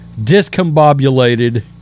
discombobulated